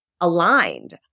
aligned